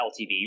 LTV